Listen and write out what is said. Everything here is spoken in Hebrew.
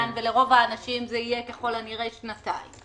ולרוב האנשים זה יהיה ככל הנראה שנתיים